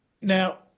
Now